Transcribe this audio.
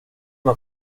una